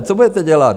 Co budete dělat?